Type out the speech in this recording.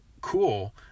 cool